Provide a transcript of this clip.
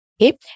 Okay